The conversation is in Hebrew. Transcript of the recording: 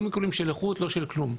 לא משיקולים של איכות, לא של כלום.